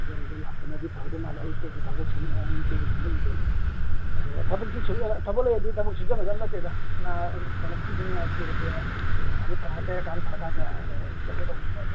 ꯑꯗꯥꯏꯗ ꯂꯥꯛꯄꯅꯗꯤ ꯐꯒꯗ ꯃꯥꯜꯂꯦ ꯑꯌꯨꯛꯇꯁꯨ ꯊꯕꯛ ꯑꯌꯨꯛꯇꯁꯨ ꯊꯕꯛ ꯂꯩ ꯑꯗꯣ ꯊꯕꯛꯇꯤ ꯊꯕꯛ ꯂꯩꯔꯗꯤ ꯊꯕꯛ ꯁꯨꯖꯤꯟꯒꯗꯕ ꯅꯠꯇꯦꯗ ꯀꯩꯅꯣ ꯈꯨꯁꯨ ꯅꯨꯡꯉꯥꯏꯇꯦ ꯑꯗꯣ ꯑꯗꯨ ꯇꯧꯔ ꯇꯩꯔꯀꯥꯟ ꯐꯔꯀꯥꯟꯗ ꯇꯧꯒꯦ ꯇꯧꯕꯅꯤꯗ ꯑꯗꯨꯗ